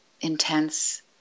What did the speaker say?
intense